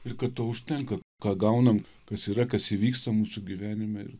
ir kad to užtenka ką gaunam kas yra kas įvyksta mūsų gyvenime ir